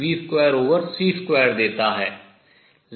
hmv1 v2c2 की ओर ले जाता है